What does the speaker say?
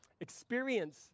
experience